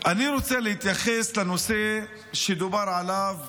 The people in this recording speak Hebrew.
אני רוצה להתייחס לנושא שדובר עליו